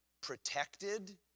protected